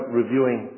reviewing